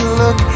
look